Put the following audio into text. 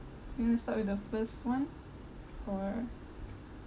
you want to start with the first one or